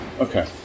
Okay